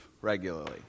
regularly